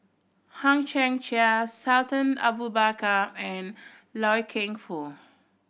Hang Chang Chieh Sultan Abu Bakar and Loy Keng Foo